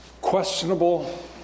questionable